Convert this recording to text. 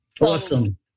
Awesome